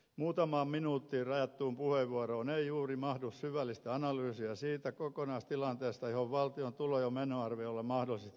muutamaan minuuttiin rajattuun puheenvuoroon ei juuri mahdu syvällistä analyysiä siitä kokonaistilanteesta johon valtion tulo ja menoarviolla mahdollisesti pyritään